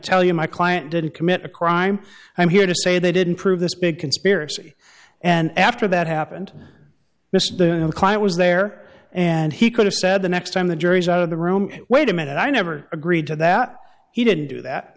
tell you my client didn't commit a crime i'm here to say they didn't prove this big conspiracy and after that happened miss the client was there and he could have said the next time the jury's out of the room wait a minute i never agreed to that he didn't do that